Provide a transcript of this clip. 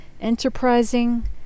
enterprising